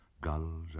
gulls